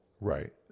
Right